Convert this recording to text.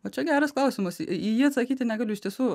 va čia geras klausimas į jį atsakyti negaliu iš tiesų